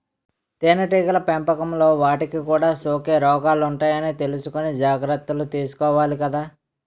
తేనెటీగల పెంపకంలో వాటికి కూడా సోకే రోగాలుంటాయని తెలుసుకుని జాగర్తలు తీసుకోవాలి కదా